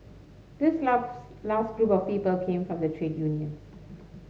this loves last group of came from the trade unions